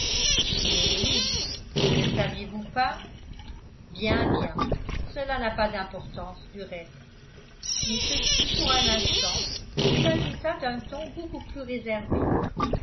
mais oui ne le saviez-vous pas bien bien cela n'a pas d'importance du reste il se tut pour un instant et il ajouta d'un ton beaucoup plus réservé